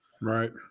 Right